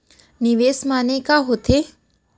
निवेश माने का होथे?